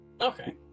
Okay